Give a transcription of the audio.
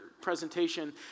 presentation